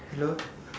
hello